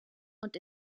und